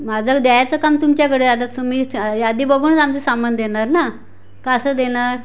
माझं द्यायचं काम तुमच्याकडे आता तुम्हीच यादी बघूनच आमचं सामान देणार ना का असं देणार